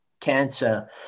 cancer